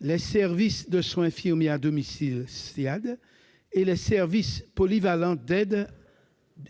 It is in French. les services de soins infirmiers à domicile- Ssiad -et les services polyvalents d'aide